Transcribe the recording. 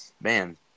man